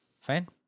Fine